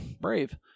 brave